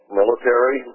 military